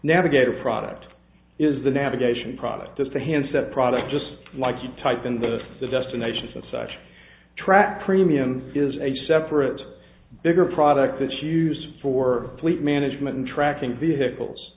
navigator product is the navigation product just a handset product just like you type in the the destination such track premium is a separate bigger product that's used for fleet management and tracking vehicle